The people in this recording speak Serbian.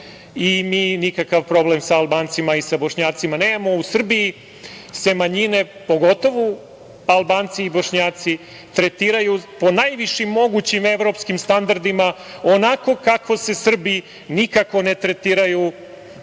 i mi nikakav problem sa Albancima i sa Bošnjacima nemamo. U Srbiji se manjine, pogotovo Albanci i Bošnjaci, tretiraju po najvišim mogućim evropskim standardima, onako kako se Srbi nikako ne tretiraju